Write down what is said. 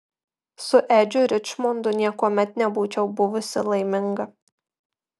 su edžiu ričmondu niekuomet nebūčiau buvusi laiminga